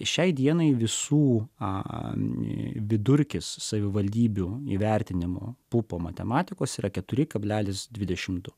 šiai dienai visų a vidurkis savivaldybių įvertinimo pupų matematikos yra keturi kablelis dvidešimt du